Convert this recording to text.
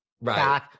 right